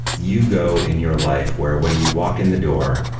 you go in your life where, when you walk in the door,